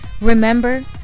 Remember